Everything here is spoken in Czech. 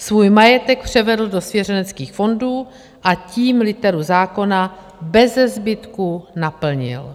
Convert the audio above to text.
Svůj majetek převedl do svěřenských fondů, a tím literu zákona bezezbytku naplnil.